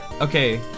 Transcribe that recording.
Okay